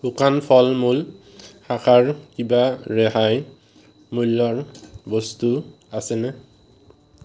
শুকান ফল মূল শাখাৰ কিবা ৰেহাই মূল্যৰ বস্তু আছেনে